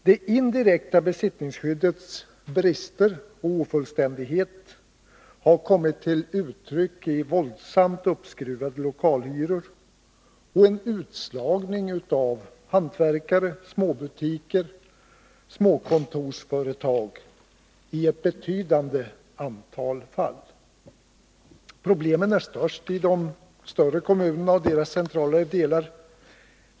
Det indirekta besittningsskyddets brister och ofullständigheter har kommit till uttryck i våldsamt uppskruvade lokalhyror och en utslagning av hantverkare, småbutiker och små kontorsföretag i ett betydande antal fall. Problemen är störst i de centrala delarna av de större kommunerna.